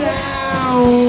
down